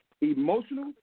emotional